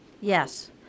yes